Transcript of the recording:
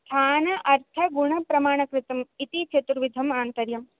स्थान अर्थ गुण प्रमाणकृतम् इति चतुर्विधम् आन्तर्यं